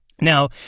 Now